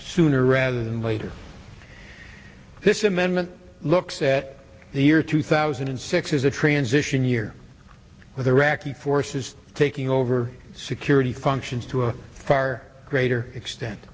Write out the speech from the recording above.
sooner rather than later this amendment looks at the year two thousand and six as a transition year with iraqi forces taking over security functions to a far greater extent